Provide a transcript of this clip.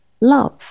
love